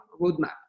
roadmap